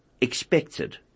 expected